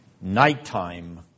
Nighttime